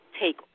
take